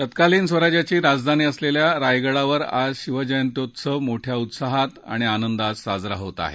तत्कालीन स्वराज्याची राजधानी असलेल्या रायगडावर आज शिवजयंत्योत्सव मोठ्या उत्साहात आणि आनंदात साजरा होत आहे